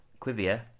Quivia